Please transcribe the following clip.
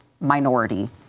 minority